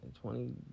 twenty